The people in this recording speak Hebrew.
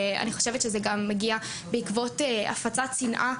אני חושבת שזה גם מגיע בעקבות הפצת שנאה